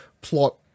plot